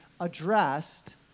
addressed